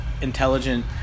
intelligent